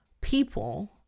people